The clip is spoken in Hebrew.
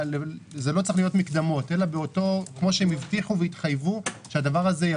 וזה לא צריך להיות מקדמות אלא כפי שהם התחייבו